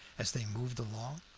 as they moved along.